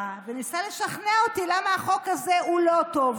וניסתה לשכנע אותי למה החוק הזה הוא לא טוב.